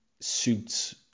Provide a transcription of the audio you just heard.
suits